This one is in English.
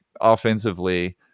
offensively